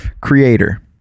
creator